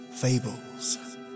fables